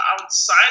outside